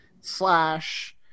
slash